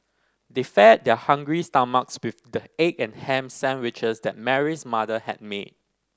they fed their hungry stomachs with the egg and ham sandwiches that Mary's mother had made